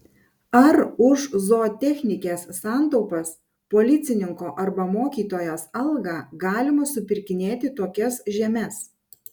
ar už zootechnikės santaupas policininko arba mokytojos algą galima supirkinėti tokias žemes